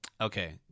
Okay